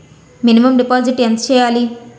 Minimum deposit ఎంత చెయ్యాలి?